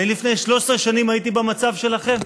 אני לפני 13 שנים הייתי במצב שלכם.